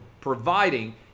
providing